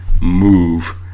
move